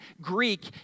Greek